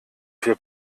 viel